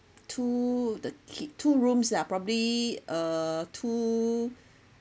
two the kid two rooms lah probably uh two